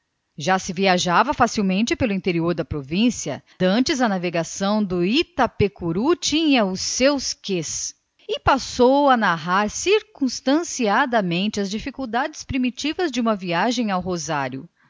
já se podia viajar facilmente pelo interior da província dantes é que a navegação do itapicuru tinha os seus quês e passou a narrar circunstanciadamente as dificuldades primitivas da ida ao rosário